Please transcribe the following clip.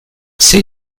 zer